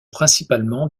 principalement